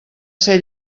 ser